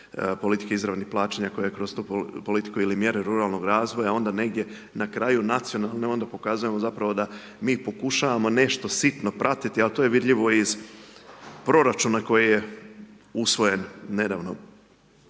politiku izravnih plaćanja koja kroz tu politiku ili mjere ruralnog razvoja, onda negdje na kraju nacionalna onda pokazujemo zapravo da mi pokušajmo nešto sitno pratiti, ali to je vidljivo iz proračuna koji je usvojen nedavno.